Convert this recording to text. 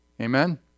Amen